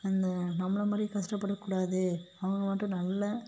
அந்த நம்மளை மாதிரி கஷ்டப்படக்கூடாது அவங்க வந்துட்டு நல்ல